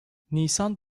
nisan